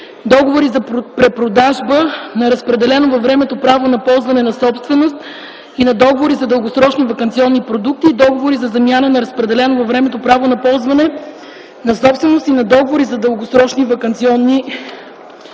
договори за препродажба на разпределено във времето право на ползване на собственост и на договори за дългосрочни ваканционни продукти; договори за замяна на разпределено във времето право на ползване на собственост и на договори за дългосрочни ваканционни продукти.